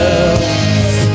else